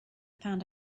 found